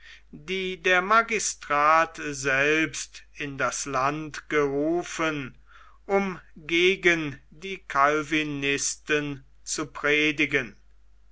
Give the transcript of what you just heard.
die der magistrat selbst in das land gerufen um gegen die calvinisten zu predigen